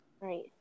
Right